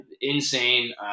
Insane